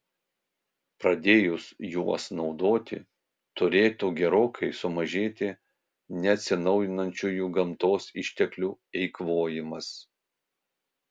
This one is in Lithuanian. pradėjus juos naudoti turėtų gerokai sumažėti neatsinaujinančiųjų gamtos išteklių eikvojimas